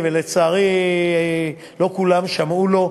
לצערי, לא כולם שמעו לו.